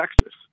Texas